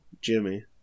Jimmy